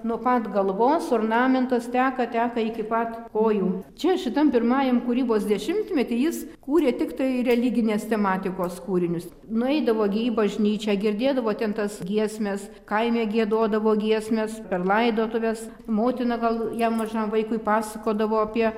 nuo pat galvos ornamentas teka teka iki pat kojų čia šitam pirmajam kūrybos dešimtmetį jis kūrė tiktai religinės tematikos kūrinius nueidavo gi į bažnyčią girdėdavo ten tas giesmes kaime giedodavo giesmes per laidotuves motina gal jam mažam vaikui pasakodavo apie